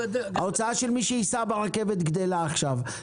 ההוצאה של מי שייסע ברכבת גדלה עכשיו,